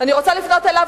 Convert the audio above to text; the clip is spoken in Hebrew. אני רוצה לפנות אליו,